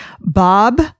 Bob